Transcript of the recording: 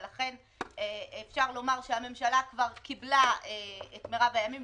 ולכן אפשר לומר שהממשלה כבר קיבלה את מרב הימים,